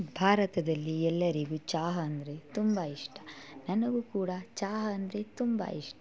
ಭಾರತದಲ್ಲಿ ಎಲ್ಲರಿಗೂ ಚಹ ಅಂದರೆ ತುಂಬ ಇಷ್ಟ ನನಗೂ ಕೂಡ ಚಹ ಅಂದರೆ ತುಂಬ ಇಷ್ಟ